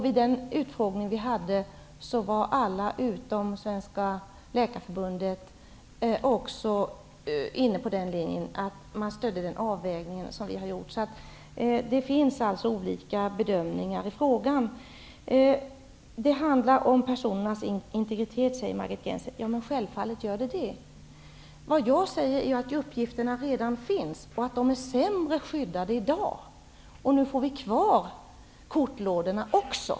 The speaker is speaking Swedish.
Vid den utfrågning som vi hade, var alla utom Svenska Läkarförbundet också inne på den linjen och stödde den avvägning som vi har gjort. Det finns alltså olika bedömningar i frågan. Det handlar om personers integritet, säger Margit Gennser. Självfallet är det så. Jag säger att dessa uppgifter redan finns och att de är sämre skyddade i dag. Nu får vi kvar kortlådorna också.